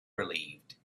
relieved